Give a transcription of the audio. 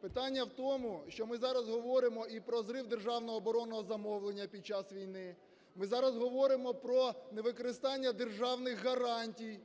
Питання в тому, що ми зараз говоримо і про зрив державного оборонного замовлення під час війни, ми зараз говоримо про невикористання державних гарантій